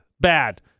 bad